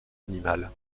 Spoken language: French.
animal